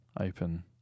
open